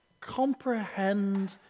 comprehend